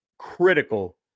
critical